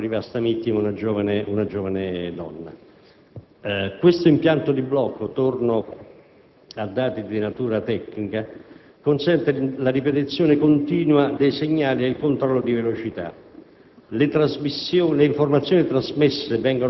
fosse presente l'unica persona rimasta vittima, una giovane donna. Questo impianto di blocco - torno a dati di natura tecnica - consente la ripetizione continua dei segnali ed il controllo di velocità.